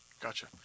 Gotcha